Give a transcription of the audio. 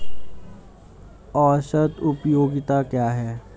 औसत उपयोगिता क्या है?